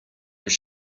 was